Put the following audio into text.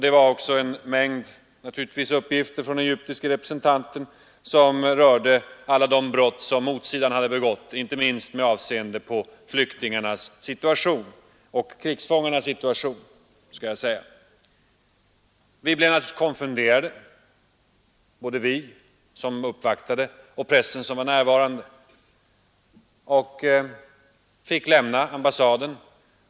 Denne representant för Egypten lämnade också en mängd uppgifter rörande alla de brott som motsidan hade begått, inte minst i vad gällde flyktingarnas och krigsfångarnas situation. Både vi som deltog i uppvaktningen och de närvarande pressmännen blev naturligtvis mycket konfunderade, och vi lämnade ambassaden.